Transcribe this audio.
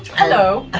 hello.